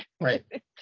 Right